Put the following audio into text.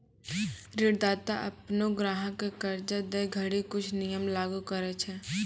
ऋणदाता अपनो ग्राहक क कर्जा दै घड़ी कुछ नियम लागू करय छै